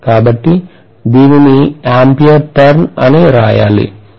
కాబట్టి దీనిని ampere turn అని వ్రాయాలి